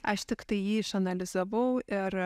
aš tiktai jį išanalizavau ir